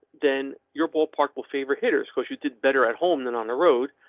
then your ballpark will favor hitters cause you did better at home than on the road.